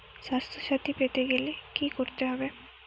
স্বাস্থসাথী পেতে গেলে কি করতে হবে?